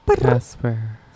Casper